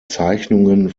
zeichnungen